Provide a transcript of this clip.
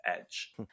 edge